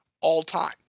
all-time